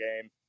game